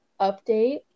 Update